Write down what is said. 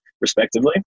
respectively